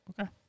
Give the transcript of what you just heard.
Okay